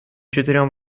четырем